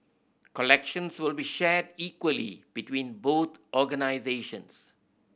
collections will be shared equally between both organisations